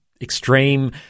extreme